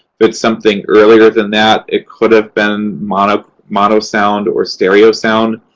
if it's something earlier than that, it could have been mono mono sound or stereo sound.